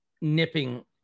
nipping